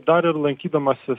dar ir lankydamasis